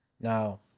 now